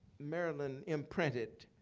maryland imprinted